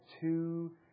two